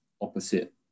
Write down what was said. opposite